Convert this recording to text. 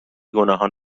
گناهان